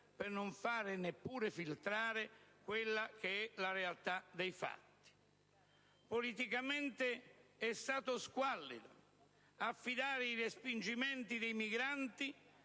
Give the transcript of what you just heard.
per non fare neppure filtrare la realtà dei fatti. Politicamente è stato squallido affidare il respingimento dei migranti